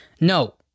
no